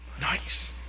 nice